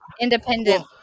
Independent